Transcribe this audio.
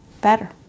better